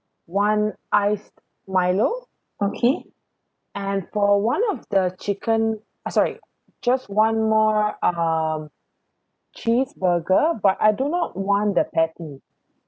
one iced Milo and for one of the chicken uh sorry just one more um cheeseburger but I do not want the patty